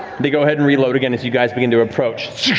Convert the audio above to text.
they go ahead and reload again as you guys begin to approach.